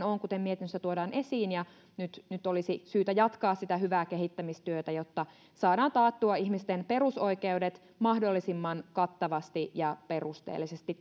on kuten mietinnössä tuodaan esiin ja nyt nyt olisi syytä jatkaa sitä hyvää kehittämistyötä jotta saadaan taattua ihmisten perusoikeudet mahdollisimman kattavasti ja perusteellisesti